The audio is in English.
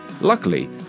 Luckily